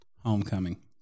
Homecoming